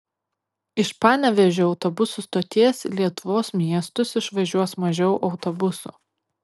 iš panevėžio autobusų stoties į lietuvos miestus išvažiuos mažiau autobusų